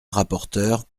rapporteure